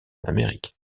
amérique